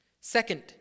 Second